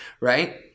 right